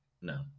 No